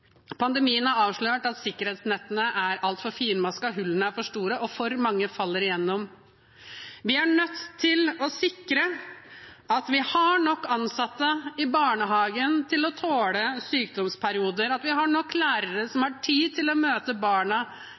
Pandemien har avslørt at sikkerhetsnettene er altfor finmaskede, hullene er for store, og for mange faller igjennom. Vi er nødt til å sikre at vi har nok ansatte i barnehagen til å tåle sykdomsperioder, at vi har nok lærere som har tid til å møte barna,